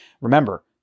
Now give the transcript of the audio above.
remember